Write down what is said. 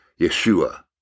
Yeshua